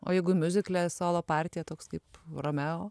o jeigu miuzikle solo partija toks kaip romeo